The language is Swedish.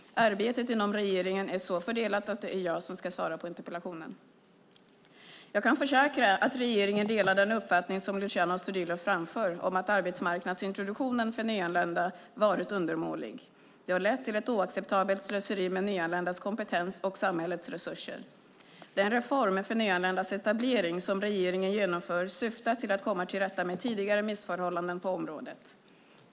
Arbetet inom regeringen är så fördelat att det är jag som ska svara på interpellationen. Jag kan försäkra att regeringen delar den uppfattning som Luciano Astudillo framför, att arbetsmarknadsintroduktionen för nyanlända varit undermålig. Det har lett till ett oacceptabelt slöseri med nyanländas kompetens och samhällets resurser. Den reform för nyanländas etablering som regeringen genomför syftar till att komma till rätta med tidigare missförhållanden på området.